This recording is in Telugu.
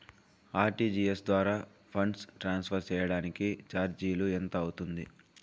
ఆర్.టి.జి.ఎస్ ద్వారా ఫండ్స్ ట్రాన్స్ఫర్ సేయడానికి చార్జీలు ఎంత అవుతుంది